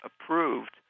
approved